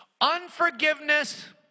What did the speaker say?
Unforgiveness